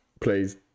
please